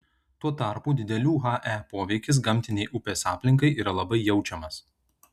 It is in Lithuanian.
tuo tarpu didelių he poveikis gamtinei upės aplinkai yra labai jaučiamas